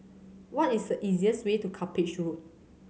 what is the easiest way to Cuppage Road